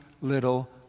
little